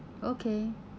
okay